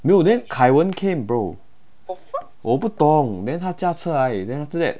没有 then kai wen came bro 我不懂 then 他驾车来 then after that